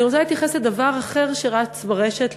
אני רוצה להתייחס לדבר אחר שרץ ברשת,